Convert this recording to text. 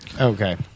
okay